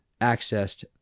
accessed